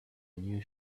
new